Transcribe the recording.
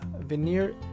veneer